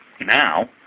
Now